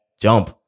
jump